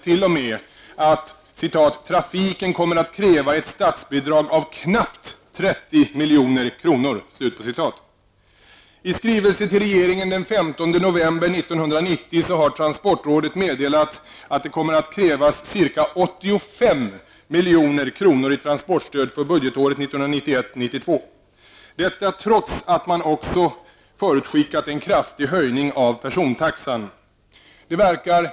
''trafiken kommer att kräva ett statsbidrag av knappt 30 miljoner kronor''. I skrivelse till regeringen den 15 november 1990 har transportrådet meddelat att det kommer att krävas ca 85 milj.kr. i transportstöd för budgetåret 1991/92, detta trots att man förutskickat en kraftig höjning av persontaxan.